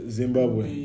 zimbabwe